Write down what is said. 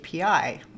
API